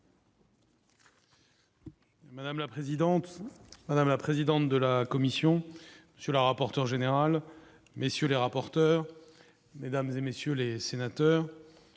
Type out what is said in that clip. Madame la présidente, madame la présidente de la commission sur la rapporteur général, messieurs les rapporteurs, mesdames et messieurs les sénateurs,